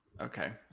okay